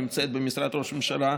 נמצאת במשרד ראש ממשלה,